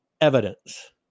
evidence